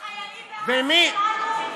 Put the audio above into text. החיילים בעזה, שלנו, הם